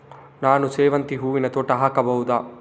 ನಾನು ಸೇವಂತಿ ಹೂವಿನ ತೋಟ ಹಾಕಬಹುದಾ?